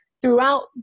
throughout